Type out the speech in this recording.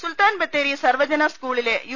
സുൽത്താൻ ബത്തേരി സർവ്വജന സ്കൂളിലെ യു